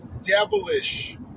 devilish